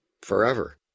forever